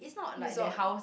resort